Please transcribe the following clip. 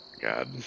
God